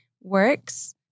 works